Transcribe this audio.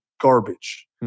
garbage